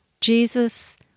Jesus